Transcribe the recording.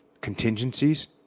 contingencies